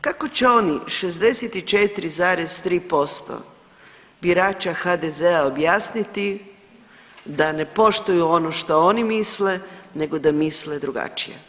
Kako će oni 64,3% birača HDZ-a objasniti da ne poštuju ono što oni misle, nego da misle drugačije.